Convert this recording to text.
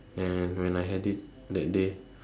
and when I had it that day